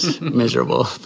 miserable